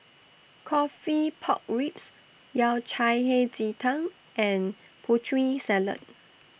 Coffee Pork Ribs Yao Cai Hei Ji Tang and Putri Salad